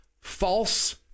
false